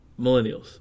Millennials